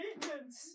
maintenance